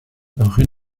rue